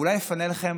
ואולי יפנה לכם,